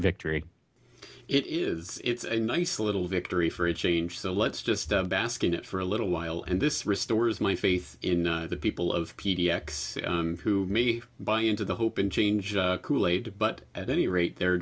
victory it is it's a nice little victory for a change so let's just bask in it for a little while and this restores my faith in the people of pediatrics who may buy into the hope and change the kool aid but at any rate they're